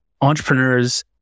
entrepreneurs